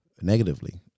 negatively